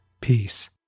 peace